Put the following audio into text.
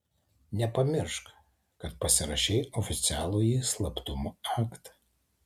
nepamiršk kad pasirašei oficialųjį slaptumo aktą